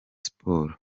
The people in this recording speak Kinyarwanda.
sports